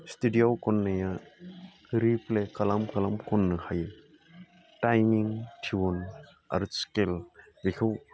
स्टुडिय'आव खननाया रिप्ले खालाम खालाम खननो हायो टाइमिं टिउन आरो स्केल बेखौ